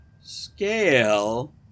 scale